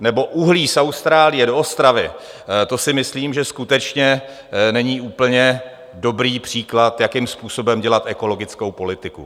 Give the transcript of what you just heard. nebo uhlí z Austrálie do Ostravy, to si myslím, že skutečně není tak úplně dobrý příklad, jakým způsobem dělat ekologickou politiku.